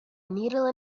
needle